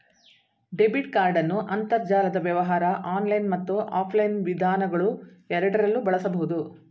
debit ಕಾರ್ಡನ್ನು ಅಂತರ್ಜಾಲದ ವ್ಯವಹಾರ ಆನ್ಲೈನ್ ಮತ್ತು ಆಫ್ಲೈನ್ ವಿಧಾನಗಳುಎರಡರಲ್ಲೂ ಬಳಸಬಹುದು